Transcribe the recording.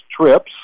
trips